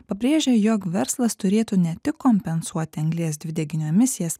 pabrėžia jog verslas turėtų ne tik kompensuoti anglies dvideginio emisijas